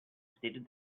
stated